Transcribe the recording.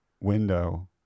window